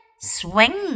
swing